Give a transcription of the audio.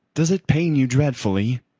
does it pain you dreadfully?